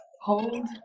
Hold